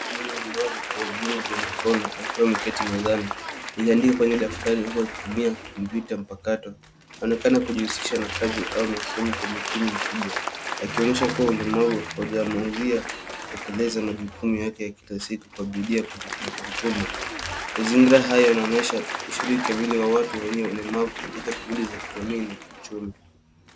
Mwanamke mlemavu mwenye viungo vya mikono akiwa ameketi mezani. Anaandika kwenye daftari huku akitumia kompyuta mpakato. Anaonekana kujihusisha na kazi au masomo kwa makini mkubwa akionyesha kuwa ulemavu haujamzuia kutekeleza majukumu yake ya kila siku kwa bidii ya kujituma. Mazingira haya yanaonyesha ushiriki wa watu wenye ulemavu katika shughuli za kijamii na kiuchumi.